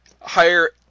higher